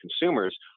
consumers